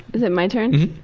is it my turn?